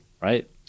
right